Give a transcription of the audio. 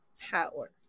power